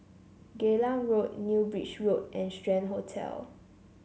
Geylang Road New Bridge Road and Strand Hotel